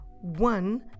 one